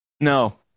No